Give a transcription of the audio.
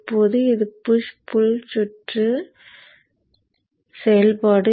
இப்போது இது push pull சுற்று செயல்பாடு